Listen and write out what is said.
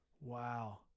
Wow